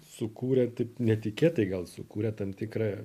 sukūrė taip netikėtai gal sukūrė tam tikrą